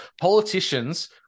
politicians